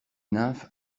nymphes